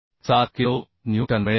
7 kilonewton मिळेल